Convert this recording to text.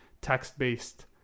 text-based